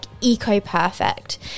eco-perfect